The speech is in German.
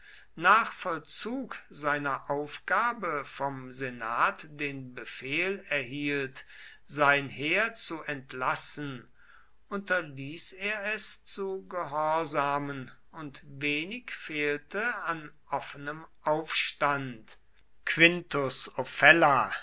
nach vollzug seiner aufgabe vom senat den befehl erhielt sein heer zu entlassen unterließ er es zu gehorsamen und wenig fehlte an offenem aufstand quintus ofella